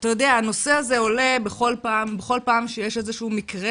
הנושא הזה עולה בכל פעם שיש איזשהו מקרה